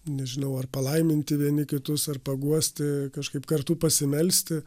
nežinau ar palaiminti vieni kitus ar paguosti kažkaip kartu pasimelsti